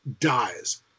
dies